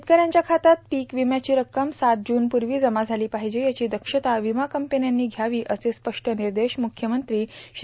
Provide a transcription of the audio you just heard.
शेतकऱ्यांच्या खात्यात पीक विम्याची रक्कम सात जून पूर्वी जमा झाली पाहिजे याची दक्षता विमा कंपन्यांनी घ्यावी असं स्पष्ट निर्देश मुख्यमंत्री श्री